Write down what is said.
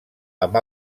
amb